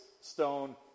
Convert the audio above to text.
stone